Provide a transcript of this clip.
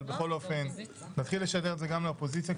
אבל בכל אופן נתחיל לשדר את זה גם לאופוזיציה,